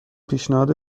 پیشنهاد